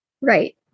Right